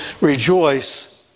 rejoice